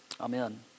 Amen